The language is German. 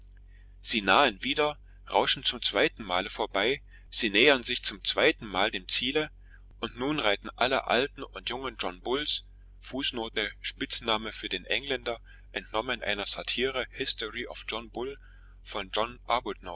sie nahen wieder rauschen zum zweiten mal vorbei sie nähern sich zum zweiten mal dem ziele und nun reiten alle alten und jungen john bulls fußnote spitzname für den engländer entnommen einer satire history of john bull von j